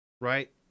right